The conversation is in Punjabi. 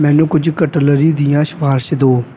ਮੈਨੂੰ ਕੁਝ ਕਟਲਰੀ ਦੀਆਂ ਸਿਫਾਰਸ਼ ਦਿਉ